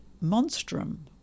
monstrum